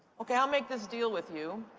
okay, i'll make this deal with you.